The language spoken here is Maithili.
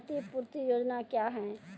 क्षतिपूरती योजना क्या हैं?